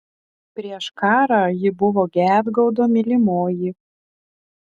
prieš karą ji buvo gedgaudo mylimoji